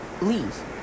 leave